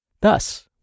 Thus